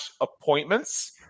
appointments